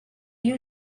you